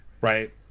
right